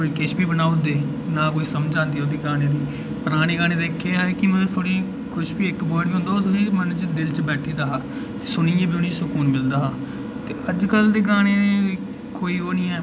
हून किश बी बनाऊ दे ना कोई समझ आंदी ओह्दी गाने दी पराने गाने दा केह् हा कि मतलब सुनी किश बी इक वर्ड बी होंदा हा ओह् मन च दिल च बैठी दा हा सुनियै बी उ'नें ई सुकून मिलदा हा ते अज्जकल दे गाने कोई ओह् निं ऐ